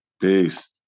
Peace